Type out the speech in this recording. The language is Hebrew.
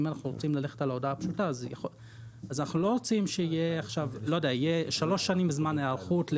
אנחנו לא רוצים שיהיו שלוש שנים זמן היערכות.